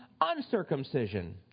uncircumcision